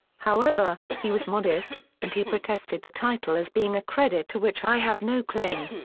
however, he was modest, and he protested the title as being a credit to which i have no claim.